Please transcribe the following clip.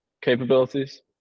capabilities